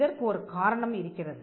இதற்கு ஒரு காரணம் இருக்கிறது